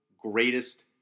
greatest